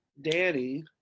Danny